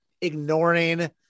ignoring